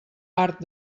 art